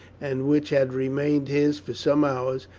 and which had remained his for some hours,